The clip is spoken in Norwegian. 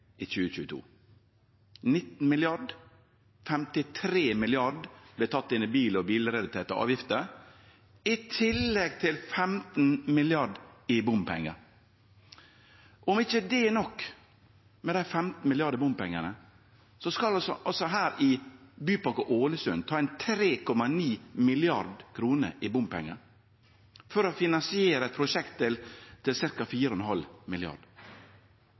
i 2022 – 19 mrd. kr. 53 mrd. kr vert tekne inn i bil- og bilrelaterte avgifter, i tillegg til 15 mrd. kr i bompengar. Om ikkje det er nok med dei 15 mrd. kr i bompengar, skal ein altså her i Bypakke Ålesund ta inn 3,9 mrd. kr i bompengar for å finansiere eit prosjekt til ca. 4,5